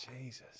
Jesus